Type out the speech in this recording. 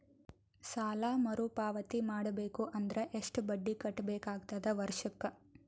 ಸಾಲಾ ಮರು ಪಾವತಿ ಮಾಡಬೇಕು ಅಂದ್ರ ಎಷ್ಟ ಬಡ್ಡಿ ಕಟ್ಟಬೇಕಾಗತದ ವರ್ಷಕ್ಕ?